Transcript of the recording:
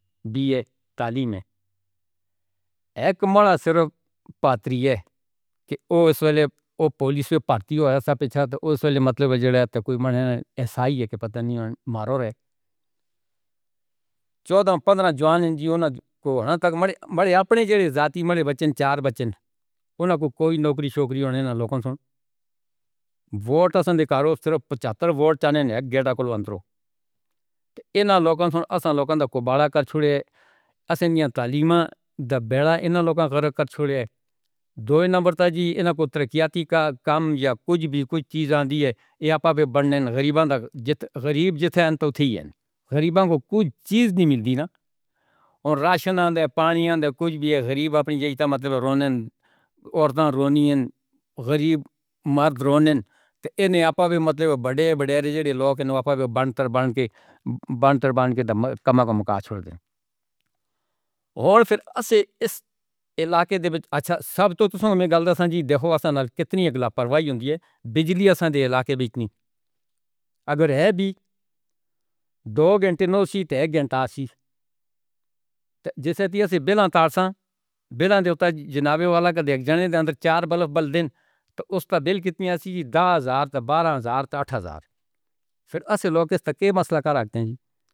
بی اے تعلیم ہے۔ ہک مڑا صرف پاتر ہے کہ اُس ویلے کو پولیس نے پاتی ہے سب۔ پیچھے تو اُس ویلے مطلب جوڑا تو کوئی ایسا ہی ہے کہ پتہ نہیں ہے۔ مارو رے۔ چودا پندرا جوان زندگی کو۔ ہاں، تک اپنی ذات میں بچن۔ چار بچن نہ کوئی نوکری شوکری ہووے نہ لوکیشن۔ ووٹ دے کاروباری۔ پچتر وٹ گےٹ کولونرو۔ اِن لوکیشن اصل لوکاں دا کُبیرا چھوڑے۔ اصلیہ تعلیم دا وڈا اِن لوکاں کا گھر چھوڑے۔ دو نمبر تازی اِن ترقیاتی کا کم یا کچھ بھی کچھ چیز آندی ہے یا آپا پر بندن۔ غریباں دا جتنا غریب جتنا ہیں۔ تو ہیں غریباں کو کچھ چیز نہیں ملدی نہ۔ راشن کا پانی یا کچھ بھی غریب اپنی جیتا۔ مطلب رَنّݨ عورتاں رونی ہیں۔ غریب مرد۔ رونے نے آپا۔ وڈے وڈے لوک۔ بنتر بن کے۔ بنتربندی کا کم کر چھوڑ دینا۔ اور پھر سے اِس علاقے میں اچھا۔ سب سے پہلے میں غلطی سے دیکھو نہ کتنی لگا پراثر ہوندی ہے بجلی۔ ایسا علاقے میں اِتنی۔ اگر یہ بھی دو گھنٹے دی تو اک گھنٹہ سیٹ۔ جیسے کہ ایسے بنا تار سا بلا جناب والا دا ݙیکھ جانے۔ اندر چار بلب بلب دن تو اُس دا بل کتنا سی ہزار تو بارا ہزار تو آٹھ ہزار۔ پھر ایسے لوک دے مسلے دا رکھدے ہیں۔